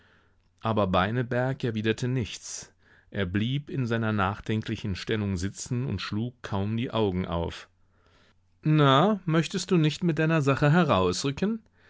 aber beineberg erwiderte nichts er blieb in seiner nachdenklichen stellung sitzen und schlug kaum die augen auf na möchtest du nicht mit deiner sache herausrücken